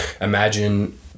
imagine